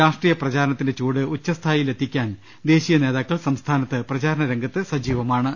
രാഷ്ട്രീയ പ്രചാരണത്തിന്റെ ചൂട് ഉച്ചസ്ഥായിയിലെത്തിക്കാൻ ദേശീയ നേതാക്കൾ സംസ്ഥാനത്ത് പ്രചാരണ രംഗത്ത് സജീവമാ ണ്